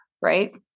right